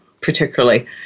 particularly